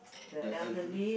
the elderly